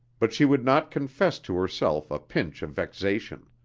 but she would not confess to herself a pinch of vexation.